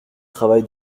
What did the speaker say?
travail